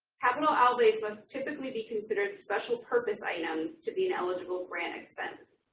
capital outlays must typically be considered special purpose items to be an eligible grant expense.